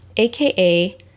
AKA